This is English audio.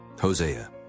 Hosea